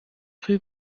rue